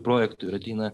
projektų ir ateina